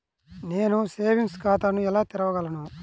నేను సేవింగ్స్ ఖాతాను ఎలా తెరవగలను?